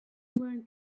wearing